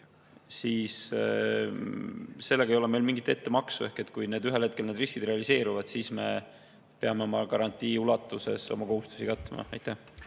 siis ei ole meil mingit ettemaksu. Ehk kui ühel hetkel need riskid realiseeruvad, siis me peame oma garantii ulatuses oma kohustusi katma. Aitäh!